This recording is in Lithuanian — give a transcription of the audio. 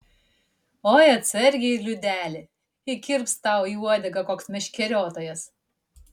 oi atsargiai liudeli įkirps tau į uodegą koks meškeriotojas